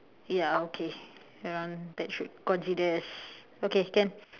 ya okay around that should consider as okay can